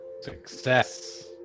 Success